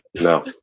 no